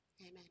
amen